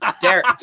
Derek